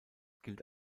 gilt